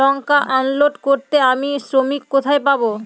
লঙ্কা unload করতে আমি শ্রমিক কোথায় পাবো?